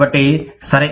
కాబట్టి సరే